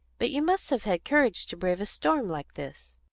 but you must have had courage to brave a storm like this.